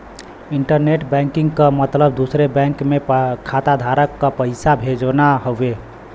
internet banking क मतलब दूसरे बैंक में खाताधारक क पैसा भेजना हउवे